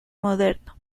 moderno